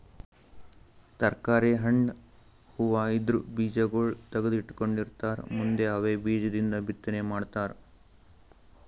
ತರ್ಕಾರಿ, ಹಣ್ಣ್, ಹೂವಾ ಇದ್ರ್ ಬೀಜಾಗೋಳ್ ತಗದು ಇಟ್ಕೊಂಡಿರತಾರ್ ಮುಂದ್ ಅವೇ ಬೀಜದಿಂದ್ ಬಿತ್ತನೆ ಮಾಡ್ತರ್